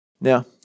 Now